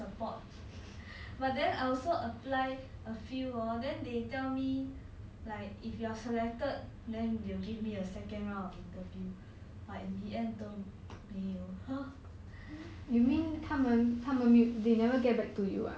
err like 很难找工作 right although like the government got give so many support but then I also apply a few hor then they tell me like if you are selected then they'll give me a second round of interview